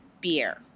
beer